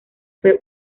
fue